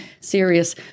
serious